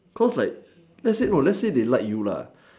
cause like let's say no let's say they like you lah